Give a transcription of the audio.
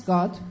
God